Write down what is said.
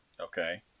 Okay